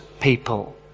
people